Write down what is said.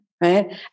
right